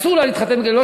אסור לה להתחתן בגיל 17,